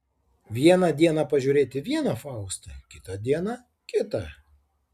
vieną dieną pažiūrėti vieną faustą kitą dieną kitą